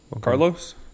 Carlos